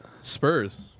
Spurs